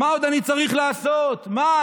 מה עוד אני צריך לעשות, מה?